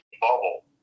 bubble